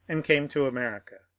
and came to america.